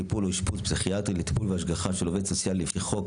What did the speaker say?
טיפול או אשפוז פסיכיאטרי ולטיפול בהשגחה של עובד סוציאלי לפי חוק,